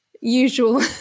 usual